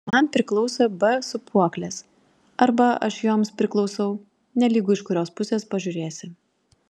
man priklauso b sūpuoklės arba aš joms priklausau nelygu iš kurios pusės pažiūrėsi